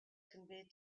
conveyed